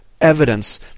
evidence